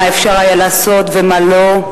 מה אפשר היה לעשות ומה לא,